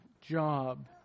job